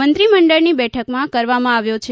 મંત્રીમંડળની બેઠકમાં કરવામાં આવ્યો છે